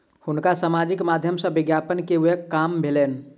हुनका सामाजिक माध्यम सॅ विज्ञापन में व्यय काम भेलैन